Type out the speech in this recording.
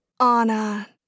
Anna